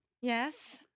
Yes